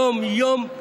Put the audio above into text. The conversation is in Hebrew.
יום-יום,